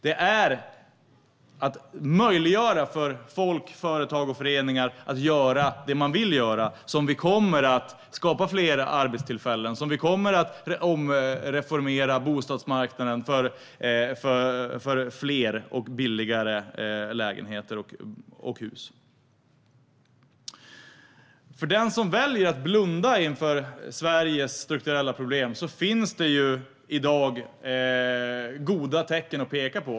Det är genom att möjliggöra för folk, företag och föreningar att göra det de vill göra som vi kommer att skapa fler arbetstillfällen och som vi kommer att reformera bostadsmarknaden för fler och billigare lägenheter och hus. För den som väljer att blunda för Sveriges strukturella problem finns det i dag goda tecken att peka på.